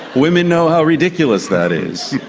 women know how ridiculous that is.